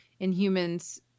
Inhumans